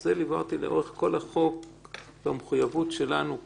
זה ליווה אותי לאורך כל החוק במחויבות שלנו כמדינה,